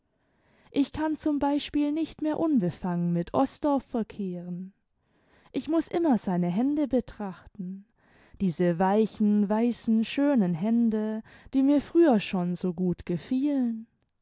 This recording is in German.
ich kann zum beispiel nicht mehr unbefangen mit osdorff verkehren ich muß immer seine hände betrachten diese weichen weißen schönen hände die mir früher schon so gut gefielen